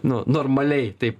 nu normaliai taip